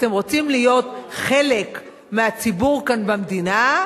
אתם רוצים להיות חלק מהציבור כאן במדינה,